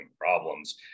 problems